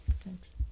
Thanks